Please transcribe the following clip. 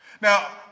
Now